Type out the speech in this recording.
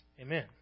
amen